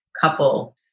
couple